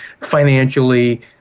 Financially